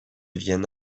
vienne